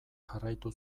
jarraitu